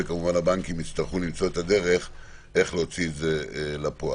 וכמובן הבנקים יצטרכו למצוא את הדרך איך להוציא את זה לפועל.